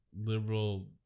liberal